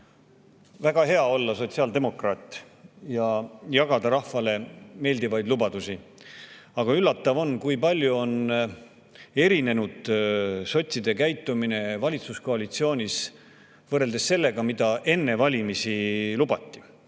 väga hea olla sotsiaaldemokraat ja jagada rahvale meeldivaid lubadusi. Aga üllatav on, kui palju on erinenud sotside käitumine valitsuskoalitsioonis sellest, mida enne valimisi lubati.